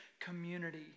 community